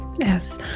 Yes